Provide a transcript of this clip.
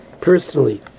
personally